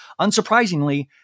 Unsurprisingly